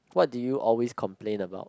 what did you always complain about